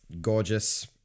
gorgeous